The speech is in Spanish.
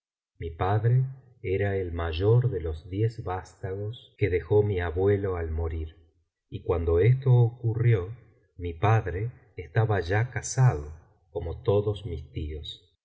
mi padre era el mayor de los diez vastagos que dejó mi abuelo al morir y cuando esto ocurrió mi padre estaba ya casado como todos mis tíos